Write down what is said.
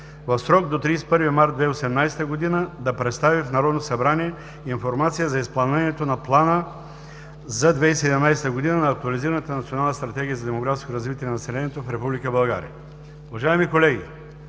в срок до 31 март 2018 г. да представи в Народното събрание информация за изпълнението на плана за 2017 г. на Актуализираната национална стратегия за демографско развитие на населението в Република България.“ Уважаеми колеги,